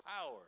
power